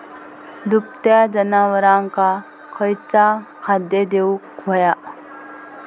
दुभत्या जनावरांका खयचा खाद्य देऊक व्हया?